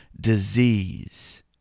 disease